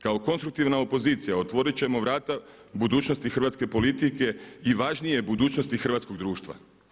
Kao konstruktivna opozicija otvorit ćemo vrata budućnosti hrvatske politike i važnije budućnosti hrvatskog društva.